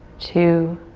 two,